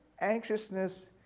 anxiousness